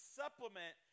supplement